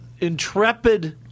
intrepid